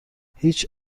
هیچ